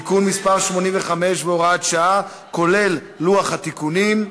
(תיקון מס' 85 והוראת שעה), כולל לוח התיקונים.